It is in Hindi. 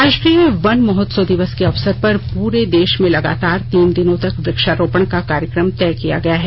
राष्ट्रीय वन महोत्सव दिवस के अवसर पर पूरे देश मे लगातार तीन दिनों तक वृक्षारोपण का कार्यक्रम तय किया गया है